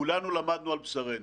כולנו למדנו על בשרנו.